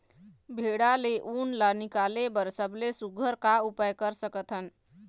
भेड़ा ले उन ला निकाले बर सबले सुघ्घर का उपाय कर सकथन?